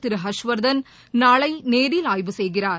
திரு ஹர்ஷ்வர்தன் நாளை நேரில் ஆய்வு செய்கிறார்